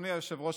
אדוני היושב-ראש,